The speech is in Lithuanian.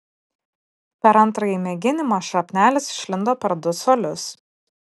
per antrąjį mėginimą šrapnelis išlindo per du colius